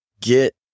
Get